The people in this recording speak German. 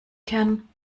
kern